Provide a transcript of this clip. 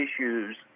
issues